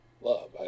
love